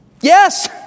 Yes